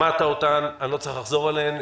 שמעת אותן, אני לא צריך לחזור עליהן.